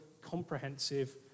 comprehensive